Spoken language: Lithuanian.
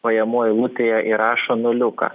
pajamų eilutėje įrašo nuliuką